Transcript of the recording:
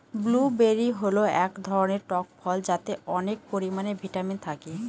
blueberry হল এক ধরনের টক ফল যাতে অনেক পরিমানে ভিটামিন থাকে